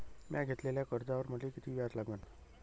म्या घेतलेल्या कर्जावर मले किती व्याज लागन?